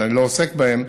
שאני לא עוסק בהם,